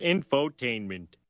Infotainment